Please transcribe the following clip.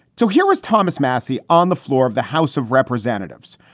so here was thomas massie on the floor of the house of representatives.